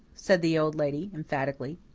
said the old lady emphatically.